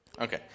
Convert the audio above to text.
Okay